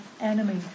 enemy